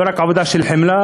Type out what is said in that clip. לא רק עבודה של חמלה.